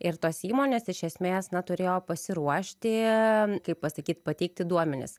ir tos įmonės iš esmės na turėjo pasiruošti kaip pasakyt pateikti duomenis